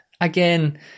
again